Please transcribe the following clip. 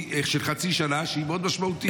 שהיא משמעותית מאוד.